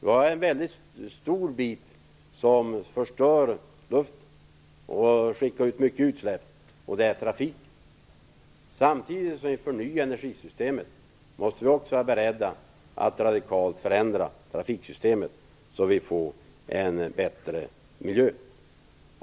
Det finns en väldigt stor faktor som förstör luften och skickar ut mycket utsläpp, och det är trafiken. Samtidigt som vi förnyar energisystemet måste vi vara beredda att radikalt förändra trafiksystemet, så att vi får en bättre miljö.